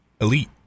elite